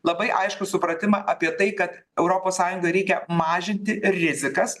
labai aiškų supratimą apie tai kad europos sąjungai reikia mažinti rizikas